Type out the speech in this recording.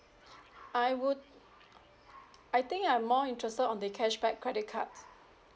I would I think I'm more interested on the cashback credit cards